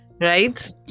right